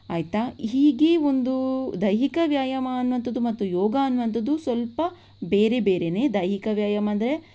ಆಯಿತಾ ಹೀಗೆ ಒಂದು ದೈಹಿಕ ವ್ಯಾಯಾಮ ಅನ್ನುವಂಥದ್ದು ಮತ್ತು ಯೋಗ ಅನ್ನುವಂಥದ್ದು ಸ್ವಲ್ಪ ಬೇರೆ ಬೇರೆಯೇ ದೈಹಿಕ ವ್ಯಾಯಾಮ ಅಂದರೆ